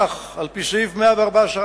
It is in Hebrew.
כך, על-פי סעיף 114א(א):